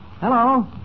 Hello